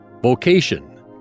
Vocation